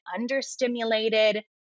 understimulated